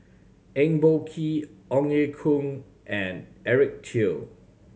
Eng Boh Kee Ong Ye Kung and Eric Teo